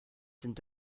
sind